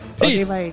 Peace